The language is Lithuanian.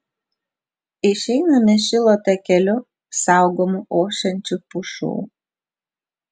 išeiname šilo takeliu saugomu ošiančių pušų